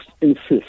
insist